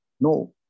No